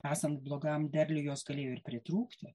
esant blogam derliui jos galėjo ir pritrūkti